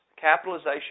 Capitalization